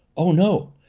oh, no!